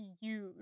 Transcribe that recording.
huge